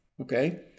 okay